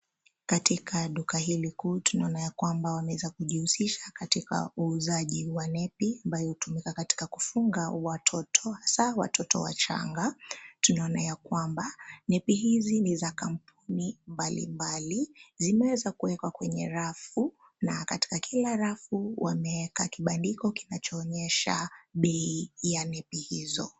Katika duka hili kuu, tunaona ya kwamba wameweza kujihusisha katika uuzaji wa nepi ambayo hutumiwa katika kufunga watoto, hasaa watoto wachanga. Tunaona ya kwamba, nepi hizi ni za kampuni mbali mbali . Zimeweza kuekwa kwenye rafu na katika kila rafu wameeka kibandiko kinachoonyesha bei ya nepi hizo.